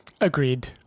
Agreed